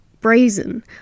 brazen